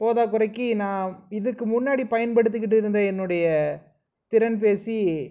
போதா குறைக்கி நான் இதுக்கு முன்னாடி பயன்படுத்திக்கிட்டு இருந்த என்னுடைய திறன் பேசி